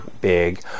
big